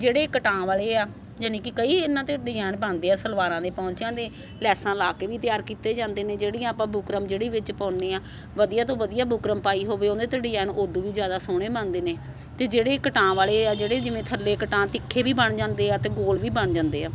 ਜਿਹੜੇ ਕਟਾਂ ਵਾਲੇ ਆ ਯਾਨੀ ਕਿ ਕਈ ਇਹਨਾਂ 'ਤੇ ਡਿਜਾਇਨ ਪਾਉਂਦੇ ਆ ਸਲਵਾਰਾਂ ਦੇ ਪੌਂਚਿਆਂ ਦੇ ਲੈਸਾਂ ਲਾ ਕੇ ਵੀ ਤਿਆਰ ਕੀਤੇ ਜਾਂਦੇ ਨੇ ਜਿਹੜੀਆਂ ਆਪਾਂ ਬੁਕਰਮ ਜਿਹੜੀ ਵਿੱਚ ਪਾਉਂਦੇ ਹਾਂ ਵਧੀਆ ਤੋਂ ਵਧੀਆ ਬੁਕਰਮ ਪਾਈ ਹੋਵੇ ਉਹਦੇ 'ਤੇ ਡਿਜਾਈਨ ਉੱਦੂ ਵੀ ਜ਼ਿਆਦਾ ਸੋਹਣੇ ਬਣਦੇ ਨੇ ਅਤੇ ਜਿਹੜੇ ਕਟਾਂ ਵਾਲੇ ਆ ਜਿਹੜੇ ਜਿਵੇਂ ਥੱਲੇ ਕਟਾਂ ਤਿੱਖੇ ਵੀ ਬਣ ਜਾਂਦੇ ਆ ਅਤੇ ਗੋਲ ਵੀ ਬਣ ਜਾਂਦੇ ਆ